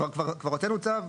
כבר הוצאנו צו.